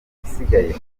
isigaye